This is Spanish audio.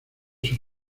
sus